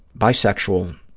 bisexual.